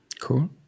Cool